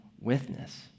witness